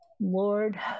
Lord